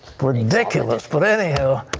ridiculous. but anyhow,